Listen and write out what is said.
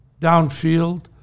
downfield